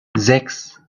sechs